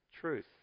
truth